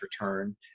return